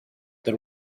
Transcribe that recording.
the